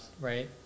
right